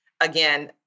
again